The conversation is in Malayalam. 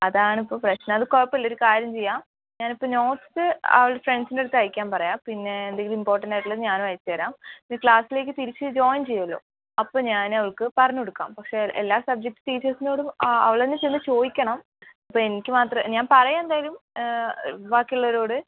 അതാണ് ഇപ്പോ പ്രശ്നം അത് കുഴപ്പമില്ല ഒരു കാര്യം ചെയ്യാം ഞാൻ ഇപ്പം നോട്ട്സ് അവൾടെ ഫ്രണ്ട്സിൻ്റെ അടുത്ത് അയക്കാൻ പറയാം പിന്നെ എന്തെങ്കിലും ഇമ്പോർട്ടൻറ്റായിട്ട് ഇള്ളത് ഞാനും അയച്ച് തരാ പിന്ന ക്ലാസ്സിലേക്ക് തിരിച്ച് ജോയിൻ ചെയ്യുവല്ലോ അപ്പൊ ഞാൻ അവൾക്ക് പറഞ്ഞ് കൊടുക്കാം പക്ഷെ എല്ലാ സബ്ജക്ട് ടീച്ചേർസിനോടും ആ അവളന്നെ ചെന്ന് ചോദിക്കാൻ ഇപ്പ എനിക്ക് മാത്രം ഞാൻ പറയാം എന്തായാലും ബാക്കി ഉള്ളവരോട്